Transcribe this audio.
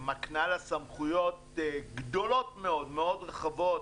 מקנה לה סמכויות גדולות מאוד, מאוד רחבות,